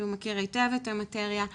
שהוא מכיר היטב את המאטריה.